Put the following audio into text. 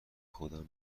خودم